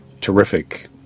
terrific